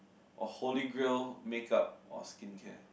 or Holy Grail makeup or skincare